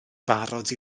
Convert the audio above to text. barod